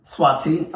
Swati